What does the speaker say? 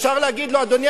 אפשר להגיד לו: אדוני,